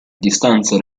distanze